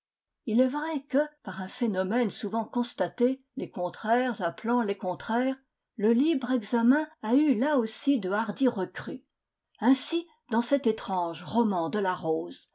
il est vrai que par un phénomène souvent constaté les contraires appelant les contraires le libre examen a eu là aussi de hardies recrues ainsi dans cet étrange roman de la rose